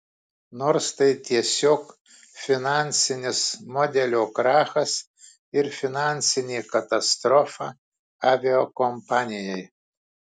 nors tai tiesiog finansinis modelio krachas ir finansinė katastrofa aviakompanijai